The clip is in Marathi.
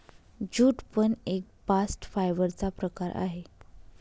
ज्यूट पण एक बास्ट फायबर चा प्रकार आहे